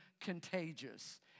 contagious